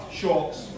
shorts